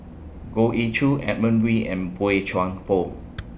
Goh Ee Choo Edmund Wee and Boey Chuan Poh